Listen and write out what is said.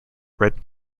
red